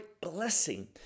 blessing